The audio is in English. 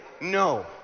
no